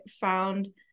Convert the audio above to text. found